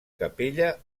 capella